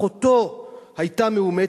אחותו היתה מאומצת,